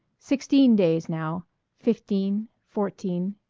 sixteen days now fifteen fourteen